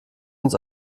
uns